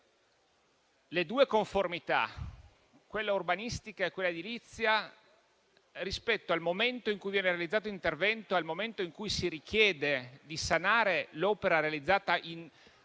le due conformità, quella urbanistica e quella edilizia, nel momento in cui viene realizzato intervento rispetto al momento in cui si richiede di sanare l'opera realizzata, anche in